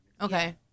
Okay